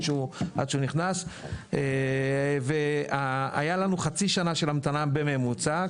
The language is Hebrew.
עד שהוא נכנס והיה לנו חצי שנה של המתנה בממוצע,